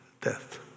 death